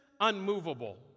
unmovable